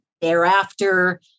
thereafter